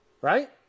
Right